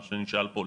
מה שנשאל פה,